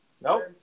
Nope